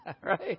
Right